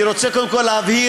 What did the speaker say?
אני רוצה קודם כול להבהיר,